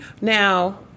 Now